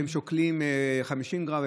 שהם שוקלים 50 גרם,